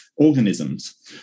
organisms